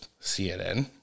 CNN